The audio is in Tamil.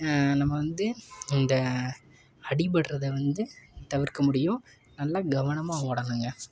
நம்ம வந்து இந்த அடிபட்றதை வந்து தவிர்க்க முடியும் நல்ல கவனமாக ஓடணுங்க